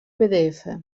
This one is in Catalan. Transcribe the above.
pdf